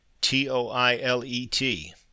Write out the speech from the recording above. T-O-I-L-E-T